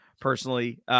personally